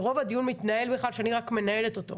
ורוב הדיון מתנהל בכלל שאני רק מנהלת אותו,